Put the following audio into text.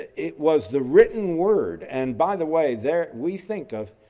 it was the written word. and by the way, there, we think of,